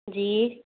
जी